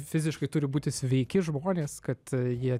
fiziškai turi būti sveiki žmonės kad jie